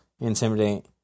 intimidate